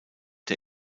der